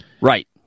right